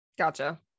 Gotcha